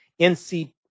NC